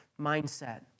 mindset